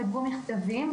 כתבו מכתבים,